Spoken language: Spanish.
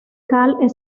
cal